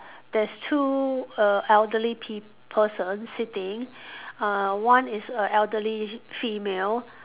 there's two err elderly peop~ person sitting uh one is a elderly female